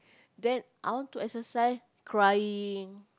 then I want to exercise crying